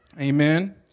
Amen